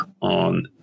on